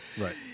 Right